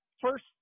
First